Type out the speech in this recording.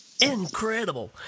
incredible